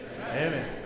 Amen